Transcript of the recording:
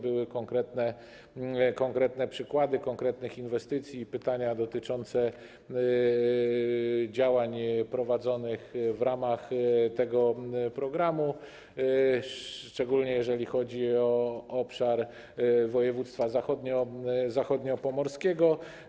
Były konkretne przykłady konkretnych inwestycji i pytania dotyczące działań prowadzonych w ramach tego programu, szczególnie jeżeli chodzi o obszar województwa zachodniopomorskiego.